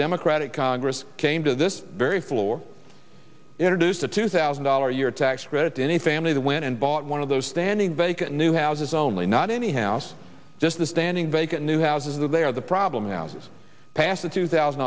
democratic congress came to this very floor introduced a two thousand dollars a year tax credit to any family that went and bought one of those standing vacant new houses only not any house just the standing vacant new houses that they are the problem houses past the two thousand